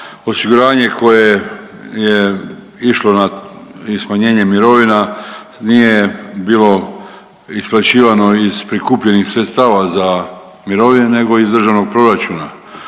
osiguranje koje je išlo na i smanjenje mirovina, nije bilo isplaćivano iz prikupljenih sredstava za mirovine nego iz Državnog proračuna.